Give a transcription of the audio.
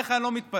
עליך אני לא מתפלא.